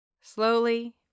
Slowly